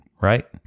right